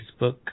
Facebook